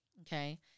okay